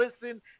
listen